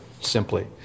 simply